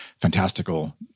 fantastical